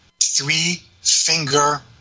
three-finger